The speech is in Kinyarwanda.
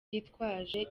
yitwaje